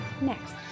next